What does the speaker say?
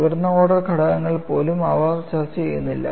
ഉയർന്ന ഓർഡർ ഘടകങ്ങൾ പോലും അവർ ചർച്ച ചെയ്യുന്നില്ല